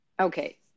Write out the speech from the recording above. Okay